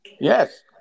Yes